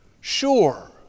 sure